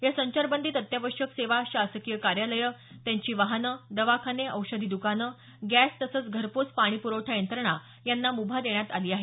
या संचारबंदीत अत्यावश्यक सेवा शासकीय कार्यालयं त्यांची वाहनं दवाखाने औषधी दुकानं गॅस तसंच घरपोच पाणी पुखठा यंत्रणा यांना मुभा देण्यात आली आहे